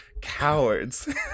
Cowards